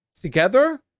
together